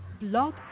Blog